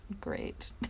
great